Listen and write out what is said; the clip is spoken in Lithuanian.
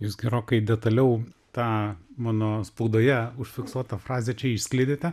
jūs gerokai detaliau tą mano spaudoje užfiksuotą frazę čia išskleidėte